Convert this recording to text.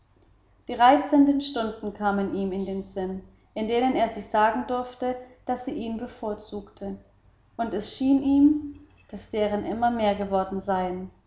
die reizenden stunden kamen ihm in den sinn in denen er sich sagen durfte daß sie ihn bevorzugte und es schien ihm daß deren immer mehr geworden seien